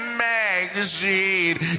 magazine